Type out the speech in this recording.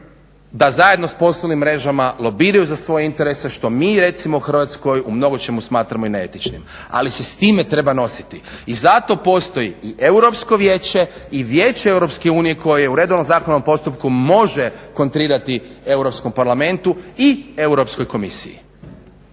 da zajedno s poslovnim mrežama lobiraju za svoje interese što mi recimo u Hrvatskoj u mnogo čemu smatramo i neetičnim. Ali se s time treba nositi. I zato postoji i Europsko vijeće i Vijeće EU koje u redovnom zakonodavnom postupku može kontrirati EU parlamentu i Europskoj komisiji.